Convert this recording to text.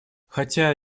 хотя